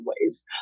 ways